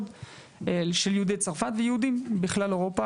של יהודי צרפת ויהודים בכלל אירופה,